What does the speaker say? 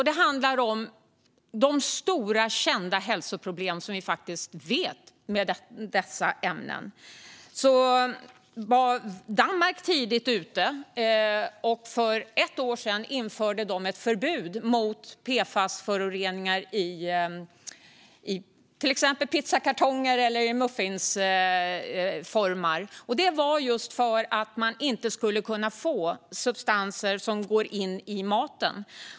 Det handlar om de stora kända hälsoproblem som vi vet finns med dessa ämnen. Danmark var tidigt ute. För ett år sedan införde de ett förbud mot PFAS-föroreningar i exempelvis pizzakartonger och muffinsformar. Det var just för att man inte skulle kunna få substanser som går in i maten.